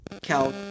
Cal